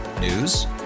News